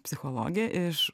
psichologė iš